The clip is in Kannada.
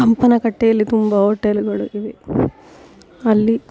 ಹಂಪನಕಟ್ಟೆಯಲ್ಲಿ ತುಂಬ ಓಟೆಲ್ಗಳು ಇವೆ ಅಲ್ಲಿ